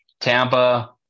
Tampa